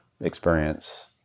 experience